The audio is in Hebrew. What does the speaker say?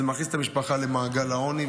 זה מכניס את המשפחה למעגל העוני,